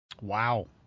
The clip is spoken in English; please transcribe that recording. wow